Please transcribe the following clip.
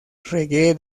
reggae